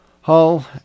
Hull